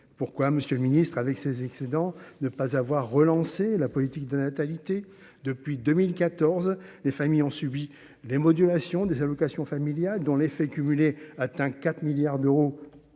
pourquoi monsieur le Ministre, avec ces excédents de ne pas avoir relancé la politique de natalité depuis 2014, les familles ont subi les modulation des allocations familiales dont l'effet cumulé atteint 4 milliards d'euros